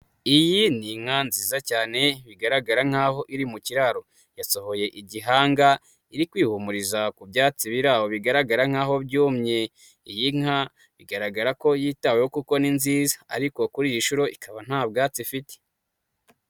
Iyi ni inka nziza cyane bigaragara nkaho iri mu kiraro yasohoye igihanga iri kwihumuriza ku byatsi biri aho, bigaragara nkaho byumye. Iy'inka igaragara ko yitaweho kuko ni nziza ariko kuri iyi nshuro ikaba nta bwatsi ifite.